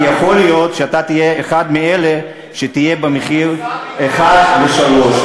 כי יכול להיות שאתה תהיה אחד מאלה שיהיו במחיר אחד לשלושה.